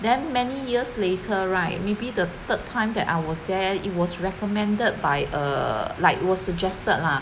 then many years later right maybe the third time that I was there it was recommended by err like it was suggested lah